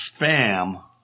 spam